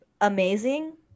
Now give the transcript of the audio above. amazing